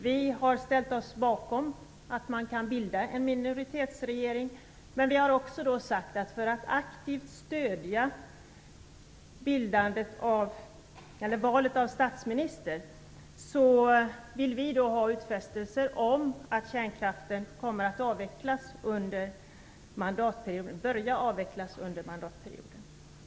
Vi har ställt oss bakom att man kan bilda en minoritetsregering, men vi har också sagt att vi för att aktivt stödja valet av statsminister vill ha utfästelser om att kärnkraften kommer att börja avvecklas under mandatperioden.